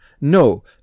No